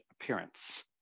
appearance